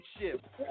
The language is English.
relationship